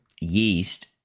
yeast